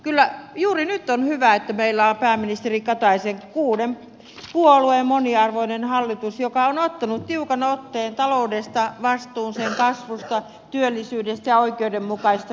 kyllä juuri nyt on hyvä että meillä on pääministeri kataisen kuuden puolueen moniarvoinen hallitus joka on ottanut tiukan otteen taloudesta vastuun sen kasvusta työllisyydestä ja oikeudenmukaisesta hyvinvointipolitiikasta